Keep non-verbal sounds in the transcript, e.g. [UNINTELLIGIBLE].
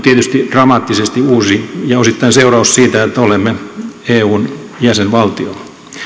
[UNINTELLIGIBLE] tietysti dramaattisesti uusi ja osittain seuraus siitä että olemme eun jäsenvaltio